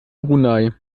brunei